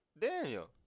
Daniel